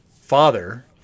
father